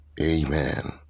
Amen